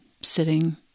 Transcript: sitting